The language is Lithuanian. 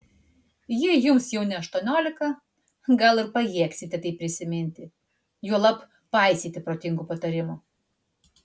jei jums jau ne aštuoniolika gal ir pajėgsite tai prisiminti juolab paisyti protingų patarimų